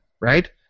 right